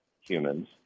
humans